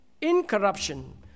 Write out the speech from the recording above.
incorruption